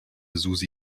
susi